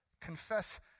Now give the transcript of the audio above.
Confess